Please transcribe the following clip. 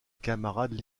camarades